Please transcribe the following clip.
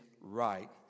right